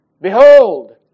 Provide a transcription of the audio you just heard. behold